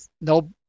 no